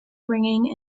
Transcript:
ringing